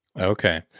okay